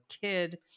kid